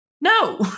no